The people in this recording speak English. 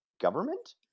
government